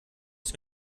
ist